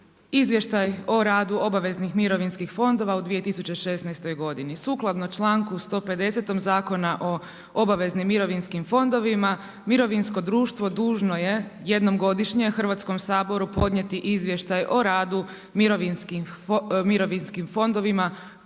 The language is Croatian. Izvještaj o radu obaveznih mirovinskih fondova u 2016. godini. Sukladno članku 150. Zakona o obaveznim mirovinskim fondovima mirovinsko društvo dužno je jednom godišnje Hrvatskom saboru podnijeti izvještaj o radu mirovinskim fondovima